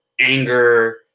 anger